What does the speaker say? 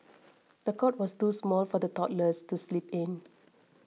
the cot was too small for the toddlers to sleep in